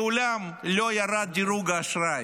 מעולם לא ירד דירוג האשראי,